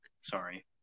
Sorry